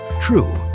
True